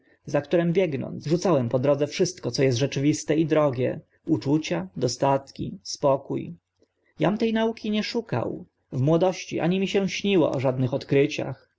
za którym biegnąc rzuciłem po drodze wszystko co est rzeczywiste i drogie uczucia dostatki spokó jam te nauki nie szukał w młodości ani mi się śniło o żadnych odkryciach